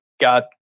got